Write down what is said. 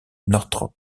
northrop